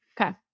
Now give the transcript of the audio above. Okay